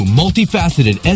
multifaceted